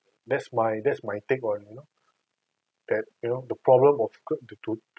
that's my that's my take on you know that you know the problem of